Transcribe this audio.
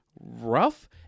rough